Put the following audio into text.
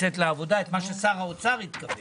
לצאת לעבודה, מה ששר האוצר התכוון.